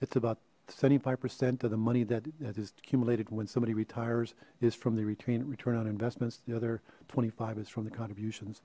it's about seventy five percent of the money that that is accumulated when somebody retires is from the return return on investments the other twenty five is from the contributions